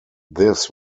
this